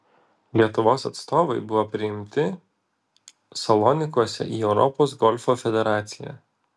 lietuvos atstovai buvo priimti salonikuose į europos golfo federaciją